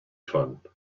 fund